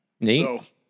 neat